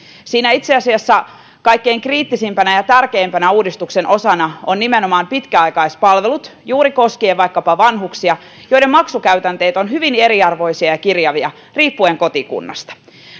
siinä itse asiassa kaikkein kriittisimpänä ja tärkeimpänä uudistuksen osana on nimenomaan pitkäaikaispalvelut koskien juuri vaikkapa vanhuksia joiden maksukäytänteet ovat hyvin eriarvoisia ja kirjavia riippuen kotikunnasta